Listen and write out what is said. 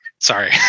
sorry